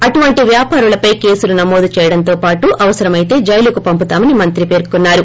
అలాంటి వ్యాపారులపై కేసులు నమోదు చేయడంతో పాటు అవసరమైతే జైలుకు పంపుతామని మంత్రి పెర్కొన్నారు